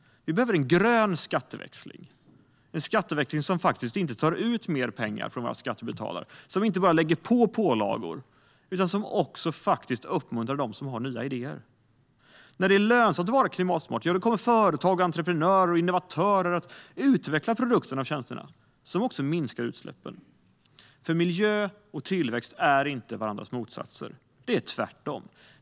Vi behöver en grön skatteväxling, en skatteväxling som inte tar ut mer pengar från våra skattebetalare och som inte bara lägger på pålagor utan också uppmuntrar dem som har nya idéer. När det är lönsamt att vara klimatsmart kommer företag, entreprenörer och innovatörer att utveckla produkterna och tjänsterna som minskar utsläppen. Miljö och tillväxt är nämligen inte varandras motsatser - tvärtom.